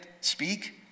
speak